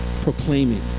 proclaiming